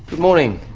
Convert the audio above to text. morning,